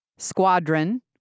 Squadron